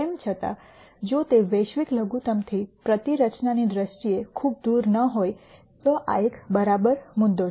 તેમ છતાં જો તે વૈશ્વિક લઘુત્તમથી પ્રતિ રચનાની દ્રષ્ટિએ ખૂબ દૂર ન હોય તો આ એક બરાબર મુદ્દો છે